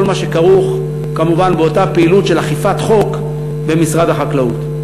כל מה שכרוך באותה פעילות של אכיפת חוק במשרד החקלאות.